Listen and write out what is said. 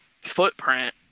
footprint